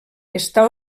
està